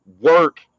work